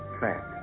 fact